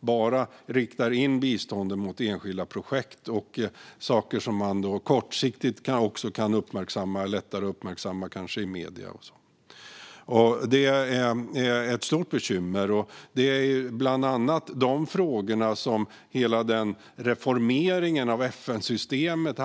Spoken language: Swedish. De riktar in biståndet bara mot enskilda projekt och saker som kortsiktigt kanske är lättare att uppmärksamma i medierna. Det är ett stort bekymmer. Det är bland annat de frågorna som hela den reformering av FN-systemet